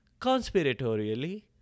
Conspiratorially